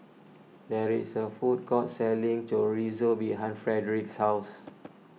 there is a food court selling Chorizo behind Frederic's house